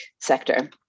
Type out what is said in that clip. sector